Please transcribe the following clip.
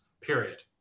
period